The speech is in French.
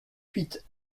huit